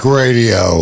radio